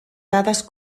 dades